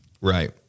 right